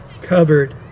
covered